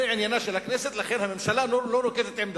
זה עניינה של הכנסת, לכן הממשלה לא נוקטת עמדה.